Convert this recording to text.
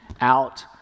out